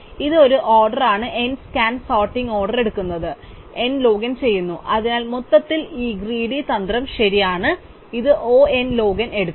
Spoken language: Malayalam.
അതിനാൽ ഇത് ഒരു ഓർഡർ ആണ് n സ്കാൻ സോർട്ടിംഗ് ഓർഡർ എടുക്കുന്നു n log n ചെയ്യുന്നു അതിനാൽ മൊത്തത്തിൽ ഈ ഗ്രീഡി തന്ത്രം ശരിയാണ് ഇതിന് O n log n എടുക്കും